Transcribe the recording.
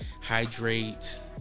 hydrate